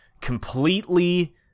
completely